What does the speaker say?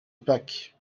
pâques